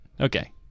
Okay